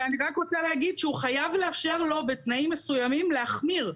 ואני רק רוצה להגיד שהוא חייב לאפשר לו בתנאים מסוימים להחמיר.